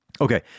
Okay